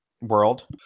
world